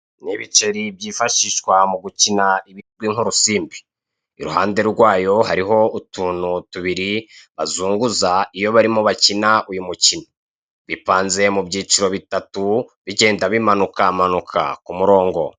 Ni ibiceri byifashishwa mu gukina ibizwi nk'urusimbi, iruhande rwayo hariho utuntu tubiri bazunguza iyo barimo bakina uyu mukino. Bipanze mu byiciro bitatu bigenda bimanukamanuka ku murongo.